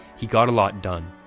he got a lot done.